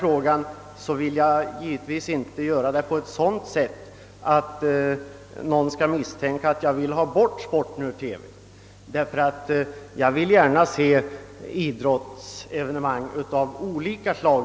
Jag vill givetvis inte behandla frågeställningen på ett sådant sätt att någon misstänker att jag önskar få bort sporten ur TV. Tvärtom ser jag gärna att olika idrottsevenemang sänds i TV.